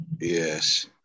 Yes